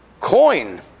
coin